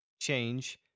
change